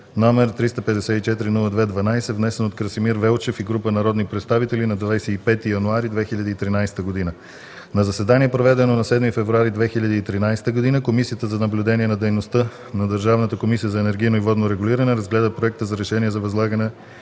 г., № 354-02-12, внесен от Красимир Велчев и група народни представители на 25 януари 2013 г. На заседание, проведено на 7 февруари 2013 г., Комисията за наблюдение на дейността на Държавната комисия за енергийно и водно регулиране разгледа Проекта за решение за възлагане